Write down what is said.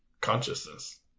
consciousness